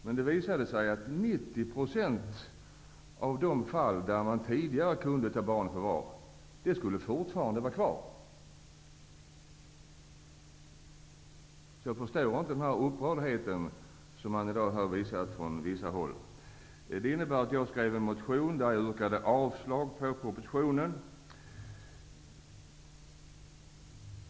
Men det visade sig att 90 % av de fall då barn tidigare kunde tas i förvar skulle fortfarande finnas kvar. Jag förstår inte upprördheten som visas från vissa håll i dag. Den här propositionen ledde till att jag väckte en motion där jag yrkar avslag på propositionen.